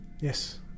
Yes